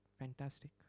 Fantastic